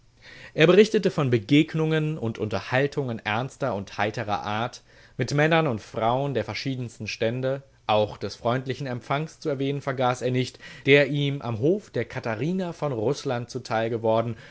er berichtete von begegnungen und unterhaltungen ernster und heitrer art mit männern und frauen der verschiedensten stände auch des freundlichen empfangs zu erwähnen vergaß er nicht der ihm am hof der katharina von rußland zuteil geworden